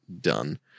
done